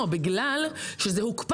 בתקופת הקורונה זה כביכול הוקפא.